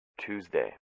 Tuesday